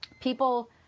people